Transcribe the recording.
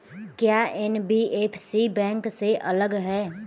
क्या NBFC bank से अलग है?